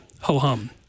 ho-hum